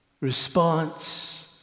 response